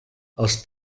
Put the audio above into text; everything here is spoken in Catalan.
els